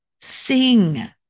Sing